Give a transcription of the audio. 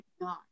God